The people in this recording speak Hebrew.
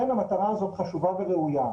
אכן המטרה הזאת חשובה וראויה,